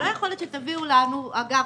לא יכול להיות שתביאו לנו אגב,